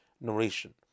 narration